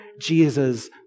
Jesus